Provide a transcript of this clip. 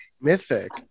mythic